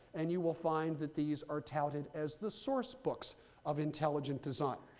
and you will find that these are touted as the source books of intelligent design.